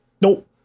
nope